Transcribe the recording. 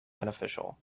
beneficial